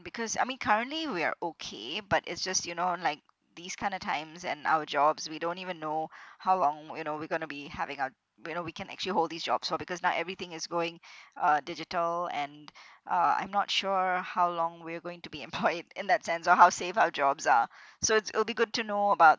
because I mean currently we're okay but it's just you know like these kind of times and our jobs we don't even know how long you know we're gonna be having our you know we can actually hold these jobs for because now everything is going uh digital and uh I'm not sure how long we're going to be employed in that sense or how safe our jobs are so it's it'll be good to know about